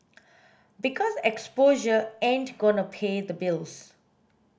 because exposure ain't gonna pay the bills